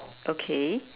okay